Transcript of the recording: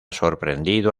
sorprendido